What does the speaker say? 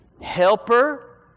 Helper